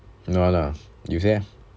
no ah no ah you say eh